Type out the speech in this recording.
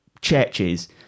churches